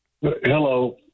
Hello